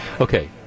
okay